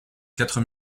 quatre